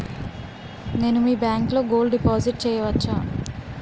నేను మీ బ్యాంకులో గోల్డ్ డిపాజిట్ చేయవచ్చా?